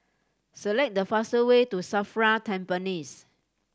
select the fastest way to SAFRA Tampines